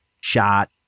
shot